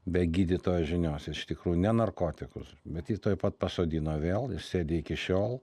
be gydytojo žinios iš tikrųjų ne narkotikus bet jį tuoj pat pasodino vėl jis sėdi iki šiol